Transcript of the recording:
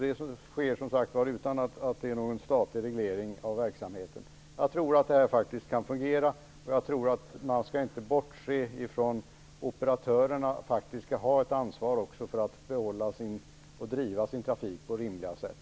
Det sker som sagt var utan någon statlig reglering av verksamheten. Jag tror faktiskt att detta kan fungera, och jag tror inte att man skall bortse från att operatörerna också skall ha ett ansvar för att behålla och driva sin trafik på rimliga sätt.